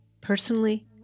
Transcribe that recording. personally